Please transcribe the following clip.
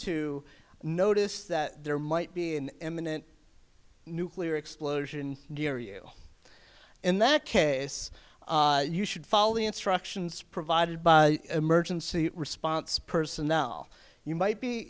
to notice that there might be an imminent nuclear explosion near you in that case you should follow the instructions provided by emergency response personnel you might be